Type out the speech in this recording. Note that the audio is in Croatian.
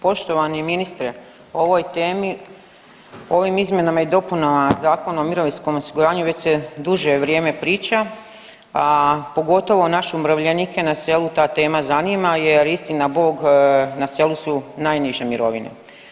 Poštovani ministre, o ovoj temi, ovim izmjenama i dopunama Zakona o mirovinskom osiguranju već se duže vrijeme priča, a pogotovo naše umirovljenike na selu ta tema zanima jer istina Bog na selu su najniže mirovine.